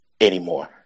anymore